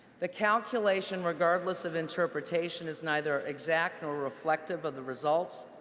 the calculation, regardless of interpretation, is neither exact or reflective of the results.